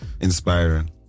inspiring